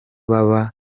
baba